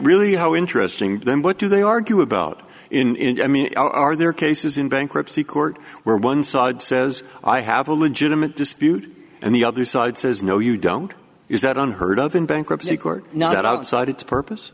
really how interesting then what do they argue about in i mean are there cases in bankruptcy court where one side says i have a legitimate dispute and the other side says no you don't is that on heard of in bankruptcy court not outside its purpose